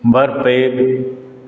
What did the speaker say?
बड पैघ